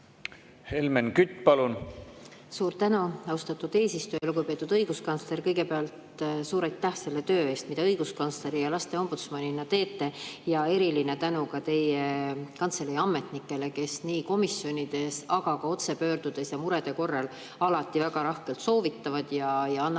Helmen Kütt, palun! Suur tänu, austatud eesistuja! Lugupeetud õiguskantsler, kõigepealt suur aitäh selle töö eest, mida te õiguskantsleri ja lasteombudsmanina teete! Eriline tänu ka teie kantselei ametnikele, kes nii komisjonides, aga ka otse pöördudes ja murede korral alati väga lahkelt soovitavad ja annavad